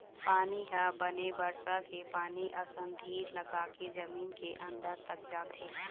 पानी ह बने बरसा के पानी असन धीर लगाके जमीन के अंदर तक जाथे